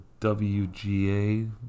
WGA